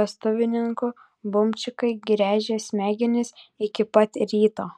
vestuvininkų bumčikai gręžė smegenis iki pat ryto